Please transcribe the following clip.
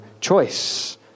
choice